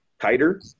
tighter